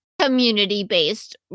community-based